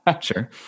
Sure